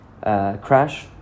crash